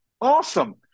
awesome